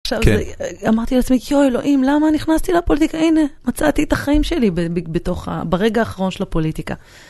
עכשיו, אמרתי לעצמי, יו, אלוהים, למה נכנסתי לפוליטיקה? הנה, מצאתי את החיים שלי ברגע האחרון של הפוליטיקה.